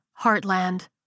Heartland